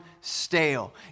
stale